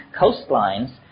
coastlines